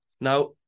Now